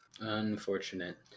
Unfortunate